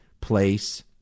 place